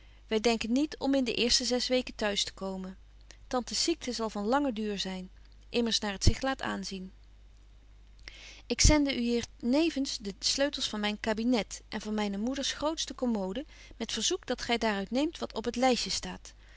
wy denken niet om in de eerste zes weken t'huis te komen tantes ziekte zal van langen duur zyn immers naar het zich laat aanzien ik zende u hier nevens de sleutels van myn cabinet en van myne moeders grootste commode met verzoek dat gy daar uit neemt wat op het lystje staat